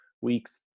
weeks